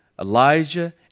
Elijah